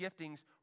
giftings